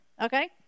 okay